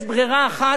יש ברירה אחת,